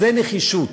זאת נחישות.